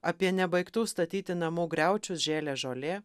apie nebaigtų statyti namų griaučius žėlė žolė